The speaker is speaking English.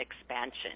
expansion